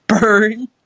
burn